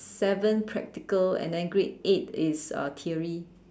seven practical and then grade eight is uh theory